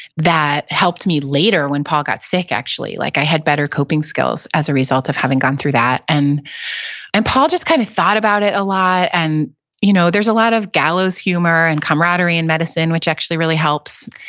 that helped me later when paul got sick actually. like i had better coping skills as a result of having gone through that, and and paul just kind of thought about it a lot. and you know there's a lot of gallows humor and camaraderie in medicine, which actually really helps,